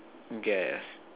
okay